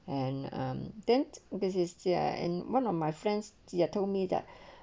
and um this is their and one of my friends they told me that